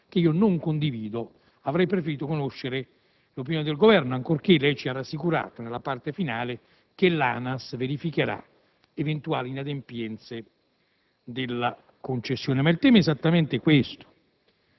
che io non condivido. Avrei preferito conoscere l'opinione del Governo ancorché lei ci ha rassicurato, nella parte finale della sua risposta, sul fatto che l'ANAS verificherà eventuali inadempienze della concessione. Il tema è esattamente questo.